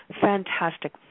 fantastic